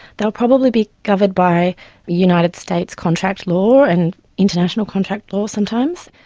they'll probably be covered by united states contract law and international contract law, sometimes.